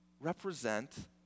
represent